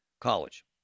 college